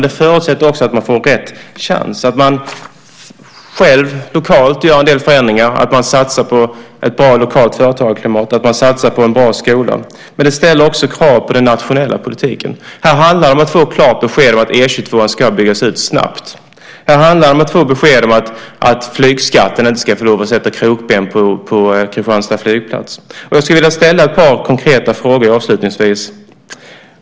Det förutsätter att man får rätt chans, att man själv lokalt gör en del förändringar, att man satsar på ett bra lokalt företagarklimat, att man satsar på en bra skola. Men det ställer också krav på den nationella politiken. Här handlar det om att få klart besked om att E 22 ska byggas ut snabbt. Det handlar om att få besked om att flygskatten inte ska få lov att sätta krokben för Kristianstads flygplats. Jag skulle vilja ställa ett par konkreta frågor avslutningsvis.